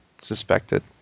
suspected